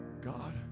God